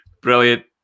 Brilliant